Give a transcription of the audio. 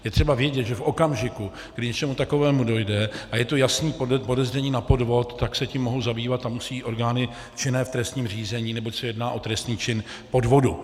Je třeba vědět, že v okamžiku, kdy k něčemu takovému dojde a je tu jasné podezření na podvod, tak se tím mohou zabývat a musí orgány činné v trestním řízení, neboť se jedná o trestný čin podvodu.